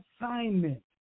assignment